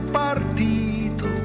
partito